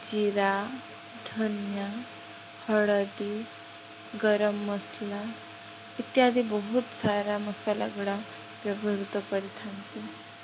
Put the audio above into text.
ଜିରା ଧନିଆ ହଳଦୀ ଗରମ ମସଲା ଇତ୍ୟାଦି ବହୁତ ସାରା ମସଲା ଗୁଡ଼ା ବ୍ୟବହୃତ କରିଥାନ୍ତି